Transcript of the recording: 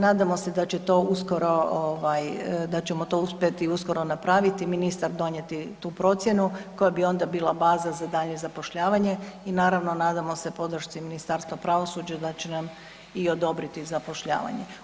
Nadamo se da će to uskoro, da ćemo to uspjeti uskoro napraviti, ministar donijeti tu procjenu koja bi onda bila baza za daljnje zapošljavanje i naravno, nadamo se podršci Ministarstva pravosuđa da će nam i odobriti zapošljavanje.